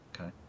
Okay